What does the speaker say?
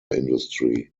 industry